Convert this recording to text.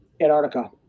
Antarctica